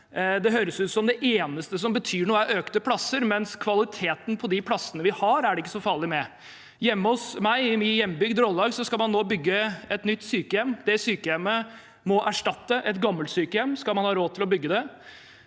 det høres ut som at det eneste som betyr noe, er flere plasser, mens kvaliteten på de plassene vi har, er det ikke så farlig med. Hjemme hos meg, i min hjembygd Rollag, skal man nå bygge et nytt sykehjem. Det sykehjemmet må erstatte et gammelt sykehjem, skal man ha råd til å bygge det.